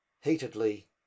heatedly